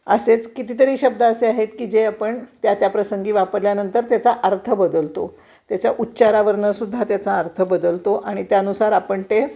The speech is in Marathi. असेच कितीतरी शब्द असे आहेत की जे आपण त्या त्या प्रसंगी वापरल्यानंतर त्याचा अर्थ बदलतो त्याच्या उच्चारावरूनसुद्धा त्याचा अर्थ बदलतो आणि त्यानुसार आपण ते